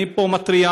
אני פה מתריע,